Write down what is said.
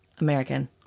American